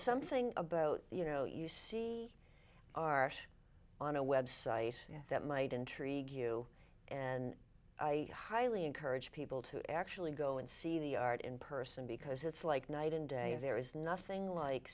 something about you know you see are on a website that might intrigue you and i highly encourage people to actually go and see the art in person because it's like night and day there is nothing like